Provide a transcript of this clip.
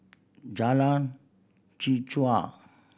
Jalan Chichau